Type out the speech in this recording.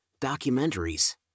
documentaries